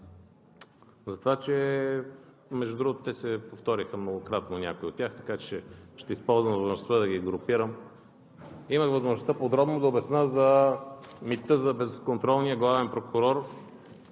другото, някои от тях се повториха многократно, така че ще използвам възможността да ги групирам. Имах възможността подробно да обясня за мита за безконтролния главен прокурор.